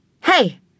Hey